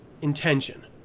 intention